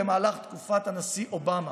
במהלך תקופת הנשיא אובמה,